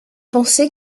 penser